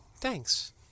Thanks